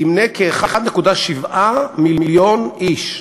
ימנה כ-1.7 מיליון איש.